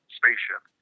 spaceship